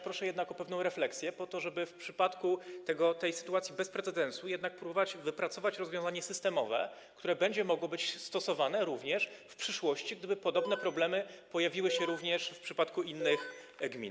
Proszę jednak o pewną refleksję po to, żeby w przypadku tej sytuacji bez precedensu próbować jednak wypracować rozwiązanie systemowe, które będzie mogło być stosowane w przyszłości, gdyby podobne problemy pojawiły się również w przypadku innych gmin.